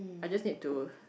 I just need to